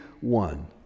one